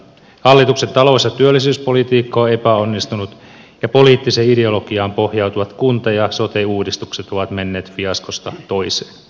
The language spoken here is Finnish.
hallituksen talous ja työllisyyspolitiikka on epäonnistunut ja poliittiseen ideologiaan pohjautuvat kunta ja sote uudistukset ovat menneet fiaskosta toiseen